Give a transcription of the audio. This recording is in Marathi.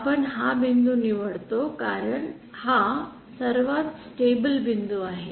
आपण हा बिंदू निवडतो कारण हा सर्वात स्टॅबिल बिंदू आहे